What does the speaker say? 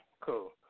cool